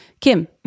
Kim